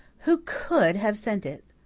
who could have sent it?